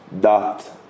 dot